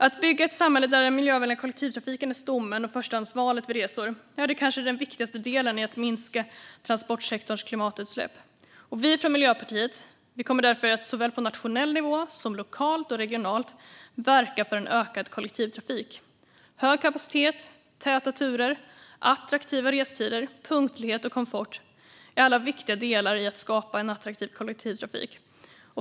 Att bygga ett samhälle där den miljövänliga kollektivtrafiken är stommen och förstahandsvalet vid resor är kanske den viktigaste delen i att minska transportsektorns klimatutsläpp. Vi från Miljöpartiet kommer därför att på såväl nationell nivå som lokal och regional nivå verka för en ökad kollektivtrafik. Hög kapacitet, täta turer, attraktiva restider, punktlighet och komfort är viktiga delar i att skapa en attraktiv kollektivtrafik.